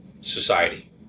society